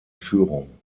führung